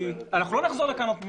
אנחנו לא נחזור שוב לוועדה.